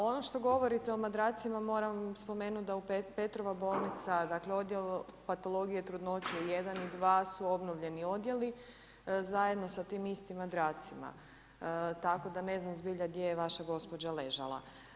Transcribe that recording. Ono što govorite o madracima moram spomenuti da u Petrova bolnica, dakle odjel patologije, trudnoće 1 i 2 su obnovljeni odjeli, zajedno sa tim istim madracima tako da ne znam zbilja gdje je vaša gospođa ležala.